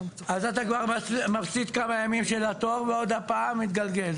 אז אתה מפסיד כמה ימים של התור ועוד הפעם מתגלגל.